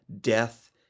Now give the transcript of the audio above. death